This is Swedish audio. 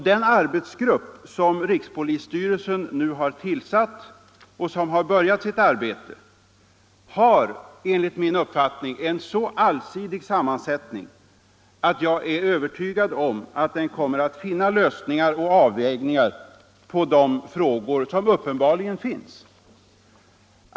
Den arbetsgrupp som rikspolisstyrelsen nu har tillsatt och som börjat sitt arbete har enligt min mening en så allsidig sammansättning att jag är övertygad om att den kommer att finna lösningar och avvägningar på de frågor som uppenbarligen finns.